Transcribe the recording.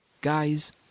Guys